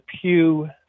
Pew